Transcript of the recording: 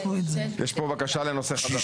יש פה בקשה לנושא חדש.